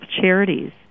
charities